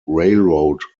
railroad